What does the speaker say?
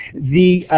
the